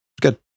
good